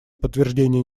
подтверждение